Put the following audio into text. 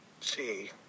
see